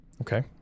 okay